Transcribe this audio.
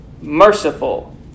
merciful